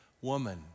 Woman